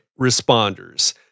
responders